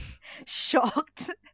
shocked